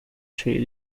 sceglie